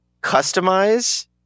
customize